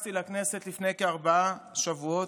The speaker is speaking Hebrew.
נכנסתי לכנסת לפני כארבעה שבועות,